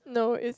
no it's